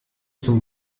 zum